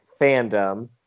fandom